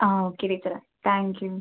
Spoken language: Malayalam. ആ ഓക്കെ ടീച്ചറേ താങ്ക് യു